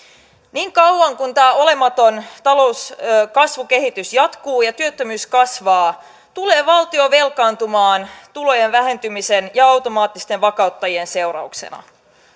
niin kauan kuin tämä olematon talouskasvukehitys jatkuu ja työttömyys kasvaa tulee valtio velkaantumaan tulojen vähentymisen ja automaattisten vakauttajien seurauksena